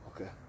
Okay